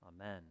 Amen